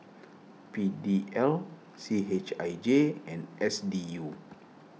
P D L C H I J and S D U